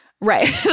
Right